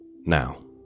Now